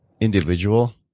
individual